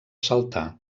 saltar